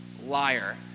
Liar